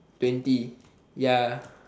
twenty ya